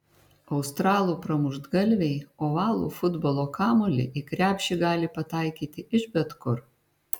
australų pramuštgalviai ovalų futbolo kamuolį į krepšį gali pataikyti iš bet kur